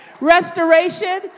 Restoration